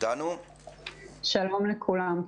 שלום לכולם.